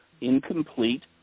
incomplete